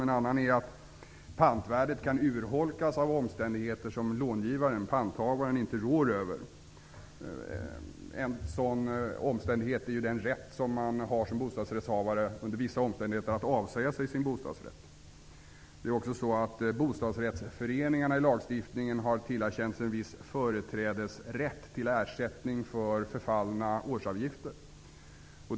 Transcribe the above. En annan är att pantvärdet kan urholkas av omständigheter som långivaren-panthavaren inte råder över. En sådan omständighet är den rätt som man som bostadsrättshavare har att under vissa omständigheter avsäga sig sin bostadsrätt. Det är också så att bostadsrättsföreningarna i lagstiftningen har tillerkänts en viss företrädesrätt till ersättning för förfallna årsavgifter.